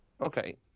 Okay